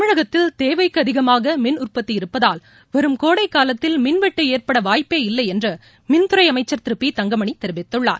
தமிழகத்தில் தேவைக்கு அதிகமாக மின் உற்பத்தி இருப்பதால் வரும் கோடைக் காலத்தில் மின்வெட்டு ஏற்பட வாய்ப்பே இல்லை என்று மின்துறை அமைச்சர் திரு பி தங்கமணி தெரிவித்துள்ளார்